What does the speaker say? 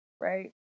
right